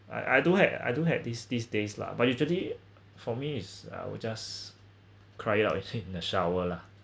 I I don't have I don't have this these days lah but usually for me is I'll just cry it out usually in the shower lah